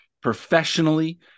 professionally